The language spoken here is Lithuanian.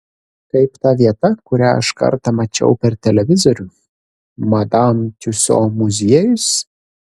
kaip ta vieta kurią aš kartą mačiau per televizorių madam tiuso muziejus